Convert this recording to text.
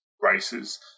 races